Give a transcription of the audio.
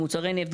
מוצרי נפט,